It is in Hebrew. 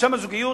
רשם הזוגיות